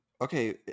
Okay